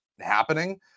happening